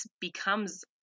becomes